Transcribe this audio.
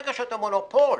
ברגע שאתה מונופול,